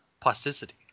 plasticity